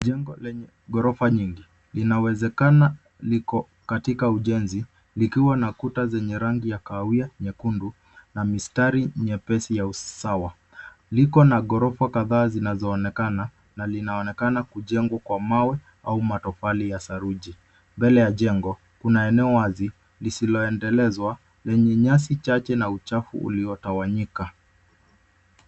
Jengo lenye gorofa nyingi linawezekana liko katika ujenzi likiwa na kuta zenye rangi ya kahawia nyekundu na mistari nyepesi ya usawa. Liko na ghorofa kadhaa zinazoonekana na linaonekana kujengwa kwa mawe au matofali ya saruji. Mbele ya jengo kuna eneo wazi lisiloendelea lenye nyasi chache na uchafu uliotawanyika.